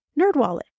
Nerdwallet